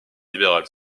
libéral